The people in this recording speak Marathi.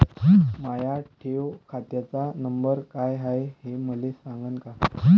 माया ठेव खात्याचा नंबर काय हाय हे मले सांगान का?